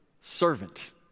Servant